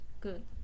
good